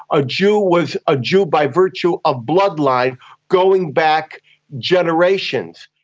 a jew was a jew by virtue of bloodline going back generations.